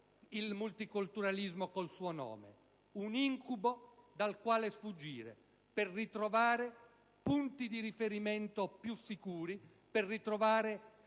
il multiculturalismo con il suo nome: un incubo dal quale sfuggire per ritrovare punti di riferimento più sicuri, per ritrovare